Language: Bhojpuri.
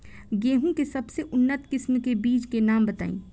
गेहूं के सबसे उन्नत किस्म के बिज के नाम बताई?